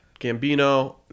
Gambino